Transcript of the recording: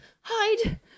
Hide